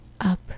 up